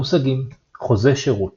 מושגים חוזה שירות